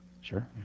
Sure